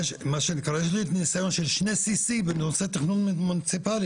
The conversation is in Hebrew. יש לי ניסיון של שני CC ואני רוצה תכנון מוניציפאלי.